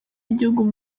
w’igihugu